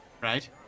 right